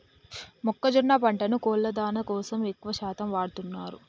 మొక్కజొన్న పంటను కోళ్ళ దానా కోసం ఎక్కువ శాతం వాడుతున్నారు